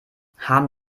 haben